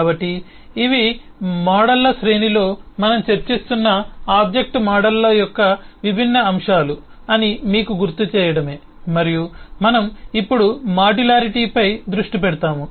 కాబట్టి ఇవి ఈ మోడళ్ల శ్రేణిలో మనం చర్చిస్తున్న ఆబ్జెక్ట్ మోడళ్ల యొక్క విభిన్న అంశాలు అని మీకు గుర్తు చేయడమే మరియు మనం ఇప్పుడు మాడ్యులారిటీపై దృష్టి పెడతాము